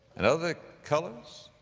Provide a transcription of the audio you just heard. and other colors.